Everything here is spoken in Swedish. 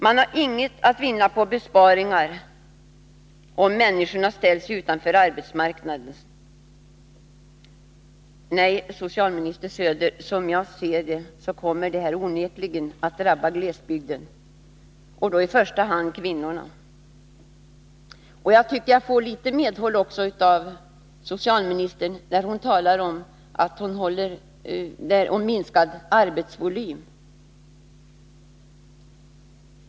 Man har inget att vinna på besparingar om människorna ställs utanför arbetsmarknaden. Nej, socialminister Söder, som jag ser det kommer det onekligen att drabba glesbygden och i första hand kvinnorna. Jag tycker att jag får litet medhåll av socialministern när hon talar om minskad arbetsvolym.